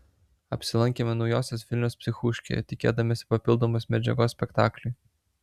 apsilankėme naujosios vilnios psichuškėje tikėdamiesi papildomos medžiagos spektakliui